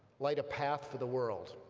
light a path for the world,